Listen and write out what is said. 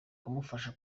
kumufasha